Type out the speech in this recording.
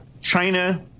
China